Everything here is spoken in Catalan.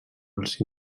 els